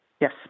Yes